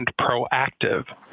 proactive